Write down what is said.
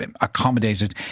accommodated